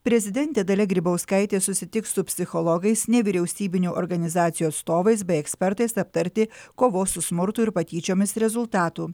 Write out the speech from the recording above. prezidentė dalia grybauskaitė susitiks su psichologais nevyriausybinių organizacijų atstovais bei ekspertais aptarti kovos su smurtu ir patyčiomis rezultatų